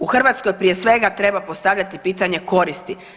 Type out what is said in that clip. U Hrvatskoj prije svega treba postavljati pitanje koristi.